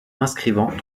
inscrivant